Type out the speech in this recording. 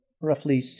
roughly